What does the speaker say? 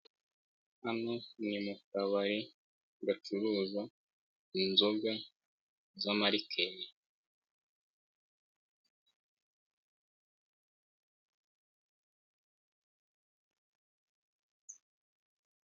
Hano ni mu kabari gacuruza inzoga z'amarikeri.